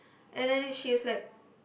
and then it she is like